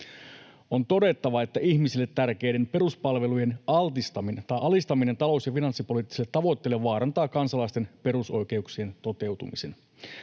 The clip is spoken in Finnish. On todettava, että ihmisille tärkeiden peruspalvelujen alistaminen talous- ja finanssipoliittisille tavoitteille vaarantaa kansalaisten perusoikeuksien toteutumisen.”